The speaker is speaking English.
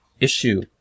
issue